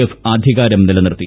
F അധികാരം നിലനിർത്തി